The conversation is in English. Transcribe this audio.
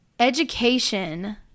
Education